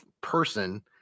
person